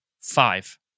five